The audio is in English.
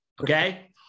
okay